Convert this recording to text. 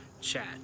chat